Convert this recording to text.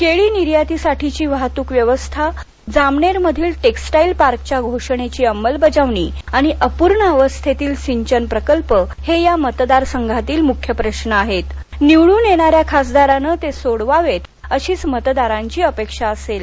केळी निर्यातीसाठीची वाहतुक व्यवस्था जामनेरमधील टेक्सटाईल्स पार्कच्या धोषणेची अंमलबजावणी अपूर्ण अवस्थेतील सिंचन प्रकल्प हे या मतदार संघातील प्रश्न आहेत निवडुन येणाऱ्या खासदारानं हे प्रश्न सोडवावेत अशीच मतदारांची अपेक्षा असेल